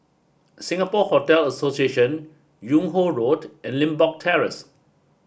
Singapore Hotel Association Yung Ho Road and Limbok Terrace